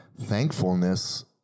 thankfulness